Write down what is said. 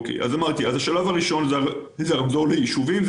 השלב הראשון זה הרמזור ליישובים.